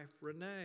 Renee